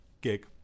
Gig